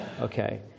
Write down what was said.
Okay